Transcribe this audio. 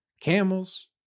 Camels